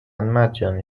مجانی